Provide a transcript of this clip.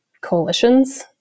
coalitions